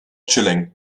chilling